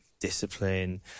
discipline